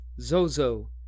Zozo